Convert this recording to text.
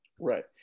right